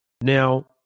Now